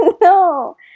no